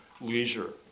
leisure